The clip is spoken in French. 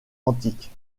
antiques